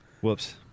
Whoops